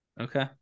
Okay